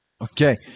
Okay